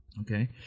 okay